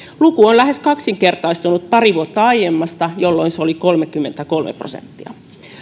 luku on lähes kaksinkertaistunut pari vuotta aiemmasta jolloin se oli kolmekymmentäkolme prosenttia